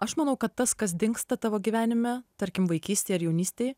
aš manau kad tas kas dingsta tavo gyvenime tarkim vaikystė ar jaunystėje